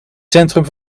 centrum